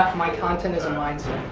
ah my content is a mindset.